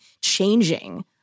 changing